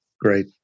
great